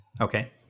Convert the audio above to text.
Okay